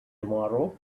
tomorrow